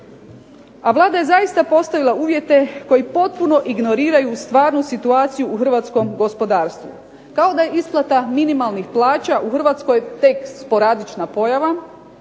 A Vlada je zaista postavila uvjete koji potpuno ignoriraju stvarnu situaciju u hrvatskom gospodarstvu. Kao da je isplata minimalnih plaća u Hrvatskoj tek sporadična pojava,